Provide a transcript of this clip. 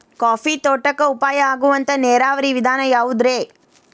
Coffee ತೋಟಕ್ಕ ಉಪಾಯ ಆಗುವಂತ ನೇರಾವರಿ ವಿಧಾನ ಯಾವುದ್ರೇ?